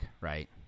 right